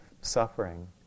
suffering